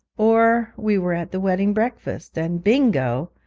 or we were at the wedding-breakfast, and bingo,